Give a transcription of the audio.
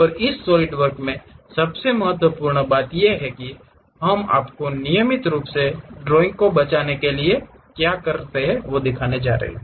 और इस सॉलिडवर्क्स में सबसे महत्वपूर्ण बात यह है कि हम आपको नियमित रूप से ड्राइंग को बचाने के लिए क्या करने जा रहे हैं